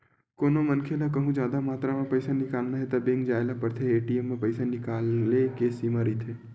कोनो मनखे ल कहूँ जादा मातरा म पइसा निकालना हे त बेंक जाए ल परथे, ए.टी.एम म पइसा निकाले के सीमा रहिथे